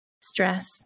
stress